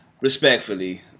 Respectfully